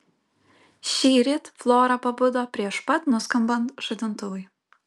šįryt flora pabudo prieš pat nuskambant žadintuvui